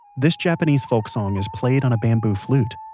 this japanese folk song is played on a bamboo flute.